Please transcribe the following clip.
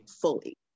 fully